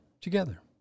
together